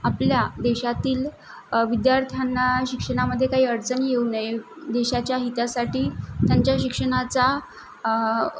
आपल्या देशातील विद्यार्थ्यांना शिक्षणामध्ये काही अडचणी येऊ नये देशाच्या हितासाठी त्यांच्या शिक्षणाचा